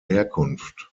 herkunft